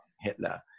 Hitler